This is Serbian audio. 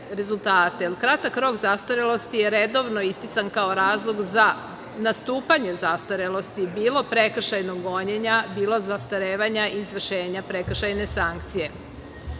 kratak rok zastarelosti je redovno istican kao razlog za nastupanje zastarelosti bilo prekršajnog gonjenja bilo zastarevanja izvršenja prekršajne sankcije. Obaveza